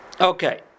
okay